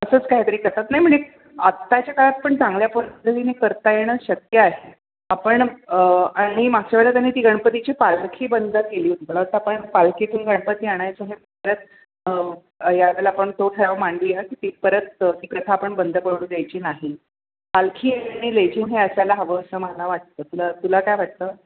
असंच काही तरी करतात नाही म्हणजे आत्ताच्या काळात पण चांगल्या पद्धतीने करता येणं शक्य आहे आपण आणि मागच्या वेळेला त्यांनी ती गणपतीची पालखी बंद केली होती मला वाटतं आपण पालखीतून गणपती आणायचो ह्यात त्यात यावेळला पण तो ठराव मांडूयात की परत ती प्रथा आपण बंद पडू द्यायची नाही पालखी आणि लेझीम हे असायला हवं असं मला वाटतं तुला तुला काय वाटतं